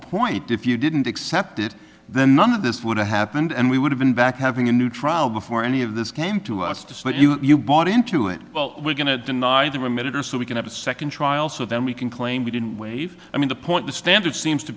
point if you didn't accept it then none of this would have happened and we would have been back having a new trial before any of this came to us despite you bought into it well we're going to deny them a minute or so we can have a second trial so then we can claim we didn't wave i mean the point the standard seems to